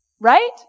right